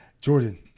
Jordan